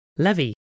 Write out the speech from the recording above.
Levy